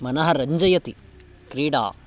मनः रञ्जयति क्रीडा